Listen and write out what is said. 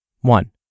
One